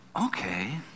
okay